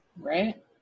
Right